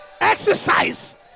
exercise